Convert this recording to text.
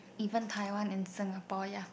even Taiwan and Singapore ya